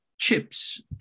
chips